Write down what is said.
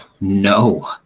no